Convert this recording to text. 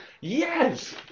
Yes